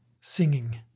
singing